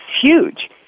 huge